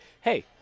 hey